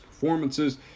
performances